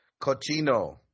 cochino